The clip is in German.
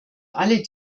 alle